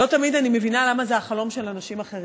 שלא תמיד אני מבינה למה זה החלום של אנשים אחרים,